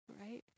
right